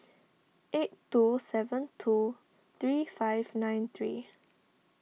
eight two seven two three five nine three